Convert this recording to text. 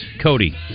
Cody